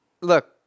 Look